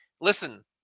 listen